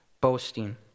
boasting